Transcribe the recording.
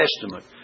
Testament